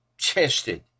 tested